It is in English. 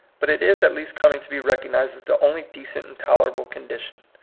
but it is at least coming to be recognized as the only decent and tol erable condition.